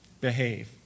behave